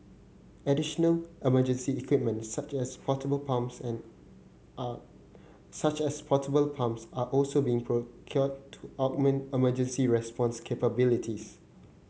additional emergency equipment such as portable pumps and are such as portable pumps are also being procured to augment emergency response capabilities